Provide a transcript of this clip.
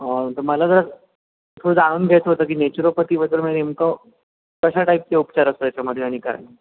तर मला जरा थोडं जाणून घ्यायचं होतं की नेचरोपतीबद्दल म्हणजे नेमकं कशा टाईपचे उपचार असतात याच्यामध्ये आणि काय